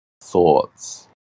thoughts